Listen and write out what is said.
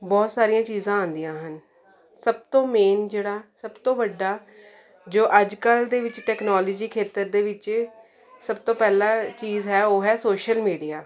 ਬਹੁਤ ਸਾਰੀਆਂ ਚੀਜ਼ਾਂ ਆਉਂਦੀਆਂ ਹਨ ਸਭ ਤੋਂ ਮੇਨ ਜਿਹੜਾ ਸਭ ਤੋਂ ਵੱਡਾ ਜੋ ਅੱਜ ਕੱਲ੍ਹ ਦੇ ਵਿੱਚ ਟੈਕਨੋਲੋਜੀ ਖੇਤਰ ਦੇ ਵਿੱਚ ਸਭ ਤੋਂ ਪਹਿਲਾਂ ਚੀਜ਼ ਹੈ ਉਹ ਹੈ ਸੋਸ਼ਲ ਮੀਡੀਆ